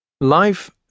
Life